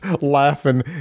laughing